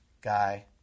guy